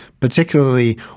particularly